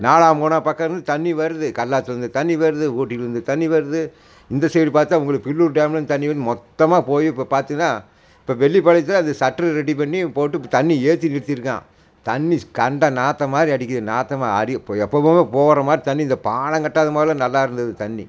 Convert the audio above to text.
நாலாம் மூணாம் பக்க இருந்து தண்ணி வருது கல்லாத்துலேயிருந்து தண்ணி வருது ஊட்டியிலேருந்து தண்ணி வருது இந்த சைடு பார்த்தா உங்களுக்கு பில்லூர் டேம்லேருந்து தண்ணி வருது மொத்தமாக போய் இப்போ பார்த்தீங்கன்னா இப்போ வெள்ளிப்பாளையத்தில் அது சட்ரு ரெடி பண்ணி போட்டு தண்ணி ஏற்றி நிறுத்திருக்கான் தண்ணி கண்ட நாத்தம் மாதிரி அடிக்குது நாற்றமா அடி எப்போவோ போகிற மாதிரி தண்ணி இந்த பாலம் கட்டாத முதல்ல நல்லா இருந்தது தண்ணி